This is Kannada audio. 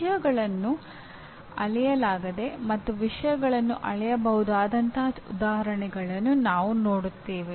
ವಿಷಯಗಳನ್ನು ಅಳೆಯಲಾಗದ ಮತ್ತು ವಿಷಯಗಳನ್ನು ಅಳೆಯಬಹುದಾದಂತಹ ಉದಾಹರಣೆಗಳನ್ನು ನಾವು ನೋಡುತ್ತೇವೆ